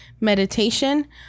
meditation